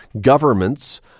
governments